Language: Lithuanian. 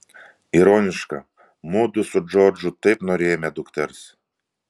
ironiška mudu su džordžu taip norėjome dukters